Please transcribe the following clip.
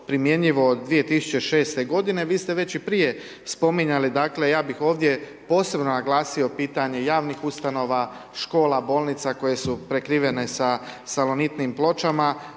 primjenjivo od 2006. godine. Vi ste već i prije spominjali, dakle, ja bih ovdje posebno naglasio pitanje javnih ustanova, škola, bolnica koje su prekrivene sa salonitnim pločama